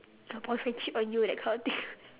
your boyfriend cheat on you that kind of thing